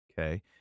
okay